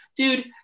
Dude